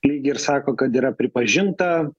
lyg ir sako kad yra pripažinta